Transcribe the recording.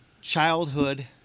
childhood